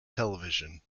television